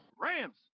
Rams